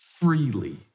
freely